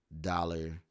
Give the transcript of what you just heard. dollar